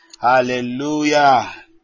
Hallelujah